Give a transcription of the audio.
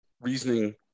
reasoning